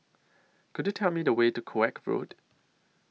Could YOU Tell Me The Way to Koek Road